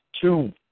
two